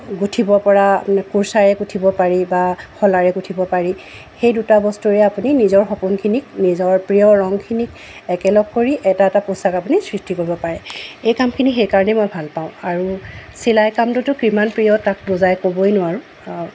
গোঁঠিব পৰা কুৰ্চাৰে গোঁঠিব পাৰি বা শলাৰে গোঁঠিব পাৰি সেই দুটা বস্তুৰে আপুনি নিজৰ সপোনখিনিক নিজৰ প্ৰিয় ৰংখিনিক একেলগ কৰি এটা এটা পোছাক আপুনি সৃষ্টি কৰিব পাৰে এই কামখিনি সেইকাৰণেই মই ভাল পাওঁ আৰু চিলাই কামটোতো কিমান প্ৰিয় তাক বুজাই ক'বই নোৱাৰোঁ